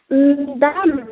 दाम